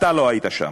אתה לא היית שם.